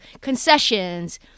concessions